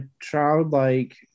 childlike